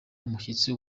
umushyitsi